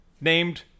Named